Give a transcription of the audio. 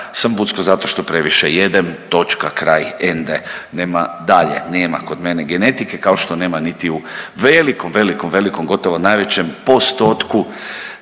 sam bucko zato što previše jedem, točka, kraj, ende, nema dalje, nema kod mene genetike, kao što nema niti u velikom, velikom, velikom, gotovo najvećem postotku